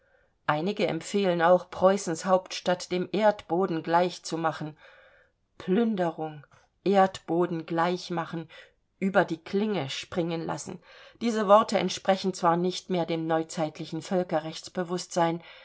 einige empfehlen auch preußens hauptstadt dem erdboden gleich zu machen plünderung erdboden gleich machen über die klinge springen lassen diese worte entsprechen zwar nicht mehr dem neuzeitlichen völkerrechtsbewußtsein